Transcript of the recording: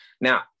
Now